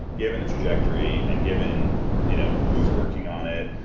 given the trajectory and given you know who's working on it,